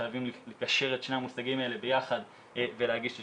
חייבים לקשר את שני המושגים האלה ביחד ולהגיש את